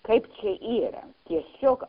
kaip čia yra tiesiog